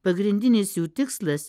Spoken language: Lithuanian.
pagrindinis jų tikslas